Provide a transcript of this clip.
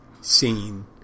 seen